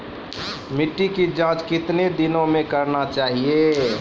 मिट्टी की जाँच कितने दिनों मे करना चाहिए?